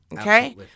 Okay